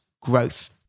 growth